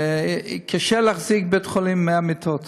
קשה להחזיק בית-חולים עם 100 מיטות.